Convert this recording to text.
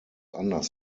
anders